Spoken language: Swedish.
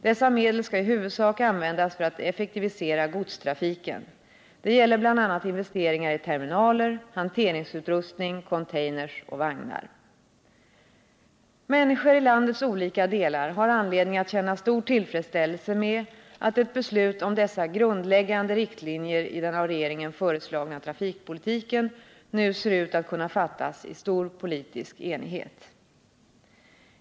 Dessa medel skall i huvudsak användas för att effektivisera godstrafiken. Det gäller bl.a. investeringar i terminaler, hanteringsutrustning, containrar och vagnar. Människor i landets olika delar har anledning att känna stor tillfredsställelse med att ett beslut om dessa grundläggande riktlinjer i den av regeringen föreslagna trafikpolitiken nu ser ut att kunna fattas i stor politisk enighet.